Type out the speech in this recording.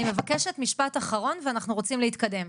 אני מבקשת משפט אחרון ואנחנו רוצים להתקדם.